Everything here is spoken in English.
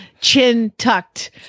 chin-tucked